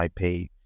IP